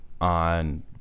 on